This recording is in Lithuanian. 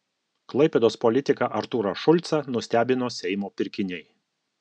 klaipėdos politiką artūrą šulcą nustebino seimo pirkiniai